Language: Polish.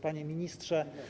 Panie Ministrze!